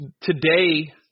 today